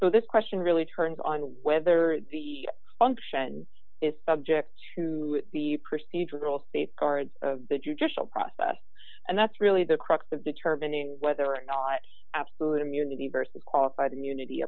whether this question really turns on whether the function is subject to the procedural safeguards of the judicial process and that's really the crux of determining whether or not absolute immunity versus qualified immunity